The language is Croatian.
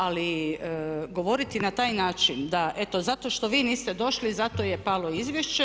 Ali govoriti na taj način da eto zato što vi niste došli, zato je palo izvješće.